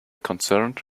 concerned